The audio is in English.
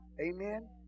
Amen